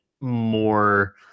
more –